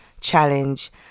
challenge